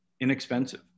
inexpensive